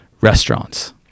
restaurants